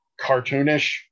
cartoonish